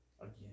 again